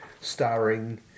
starring